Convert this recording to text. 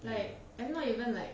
like I'm not even like